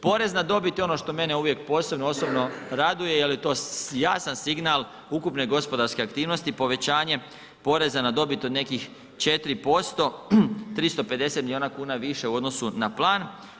Porez na dobit je ono što mene uvijek posebno osobno raduje jer je to jasan signal ukupne gospodarske aktivnosti, povećanje poreza na dobit od nekih 4%, 350 milijuna kuna više u odnosu na plan.